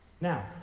Now